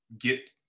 get